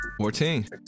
14